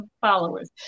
followers